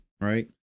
Right